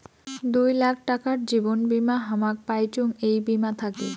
দুই লাখ টাকার জীবন বীমা হামাক পাইচুঙ এই বীমা থাকি